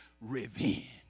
revenge